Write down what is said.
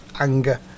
anger